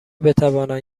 بتوانند